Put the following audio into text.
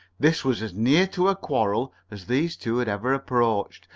this was as near to a quarrel as these two had ever approached.